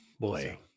boy